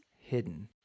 hidden